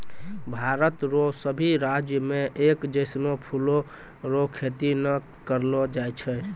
भारत रो सभी राज्य मे एक जैसनो फूलो रो खेती नै करलो जाय छै